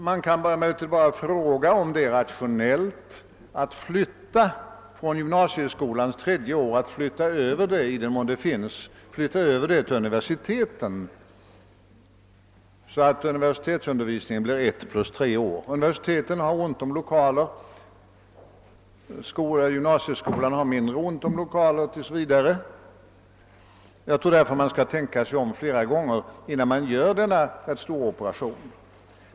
Man kan naturligtvis fråga om det är rationellt att flytta över gymnasieskolans tredje år, i den mån det finns, till universiteten, så att universitetsundervisningen blir ett plus tre år. Universiteten har ont om lokaler, gymnasieskolan har mindre ont om lokaler tills vidare. Jag tror därför man skall tänka sig för flera gånger innan man gör denna rätt stora operation.